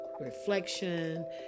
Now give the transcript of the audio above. reflection